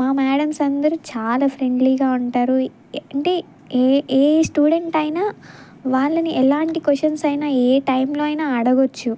మా మ్యాడమ్స్ అందరూ చాలా ఫ్రెండ్లీగా ఉంటారు అంటే ఏ ఏ స్టూడెంట్ అయినా వాళ్ళని ఎలాంటి కోషెన్స్ అయినా ఏ టైంలో అయినా అడగొచ్చు